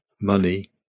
money